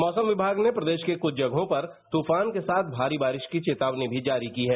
मौसम विमाग ने प्रदेश में कुछ जगहों पर तूफान के साथ भारी बारिश की चेतावनी मी जारी की है